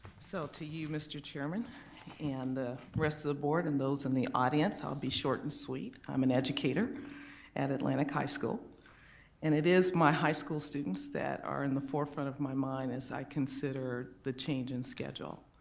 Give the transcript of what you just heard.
so to you mr. chairman and the rest of the board and those in the audience. i'll be short and sweet, i'm an educator at atlantic high school and it is my high school students that are in the forefront of my mind as i consider the change in schedule.